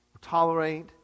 tolerate